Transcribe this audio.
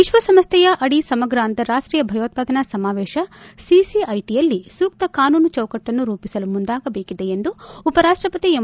ವಿಶ್ವಸಂಸ್ಲೆಯ ಅಡಿ ಸಮಗ್ರ ಅಂತಾರಾಷ್ಷೀಯ ಭಯೋತ್ಪಾದನಾ ಸಮಾವೇಶ ಸಿಸಿಐಟಿಯಲ್ಲಿ ಸೂಕ್ತ ಕಾನೂನು ಚೌಕಟ್ಟನ್ನು ರೂಪಿಸಲು ಮುಂದಾಗಬೇಕಿದೆ ಎಂದು ಉಪರಾಷ್ಟಪತಿ ಎಂ